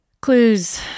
Clues